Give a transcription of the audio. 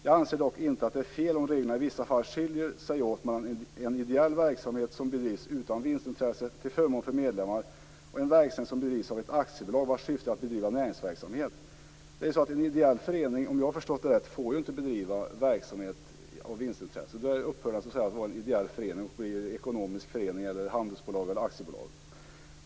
Jag anser dock inte att det är fel om reglerna i vissa fall skiljer sig åt mellan en ideell verksamhet som bedrivs utan vinstintresse till förmån för medlemmar och en verksamhet som bedrivs av ett aktiebolag, vars syfte är att bedriva näringsverksamhet." Om jag har förstått det rätt får inte en ideell förening bedriva verksamhet med vinstintresse. Då upphör den att vara en ideell förening och blir en ekonomisk förening, ett handelsbolag eller ett aktiebolag.